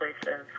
places